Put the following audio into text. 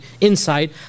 inside